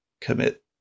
commit